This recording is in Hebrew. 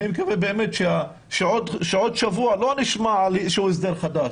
אני מקווה שבעוד שבוע לא נשמע על איזשהו הסדר חדש,